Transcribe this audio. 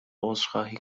عذرخواهی